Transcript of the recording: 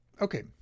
okay